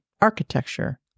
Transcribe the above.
architecture